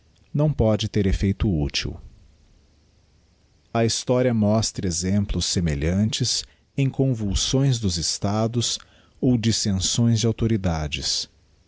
não pode ter effeito útil a historia mostra exemplos semelhantes em convulsões dos estados ou dissenções de autoridades